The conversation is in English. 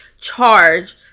charge